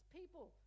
people